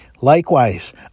Likewise